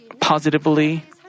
positively